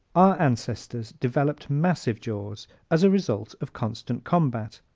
our ancestors developed massive jaws as a result of constant combat.